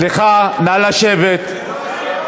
סליחה, נא לשבת.